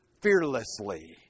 fearlessly